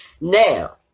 Now